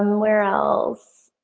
where else?